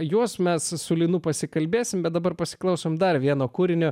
juos mes su linu pasikalbėsime bet dabar pasiklausome dar vieno kūrinio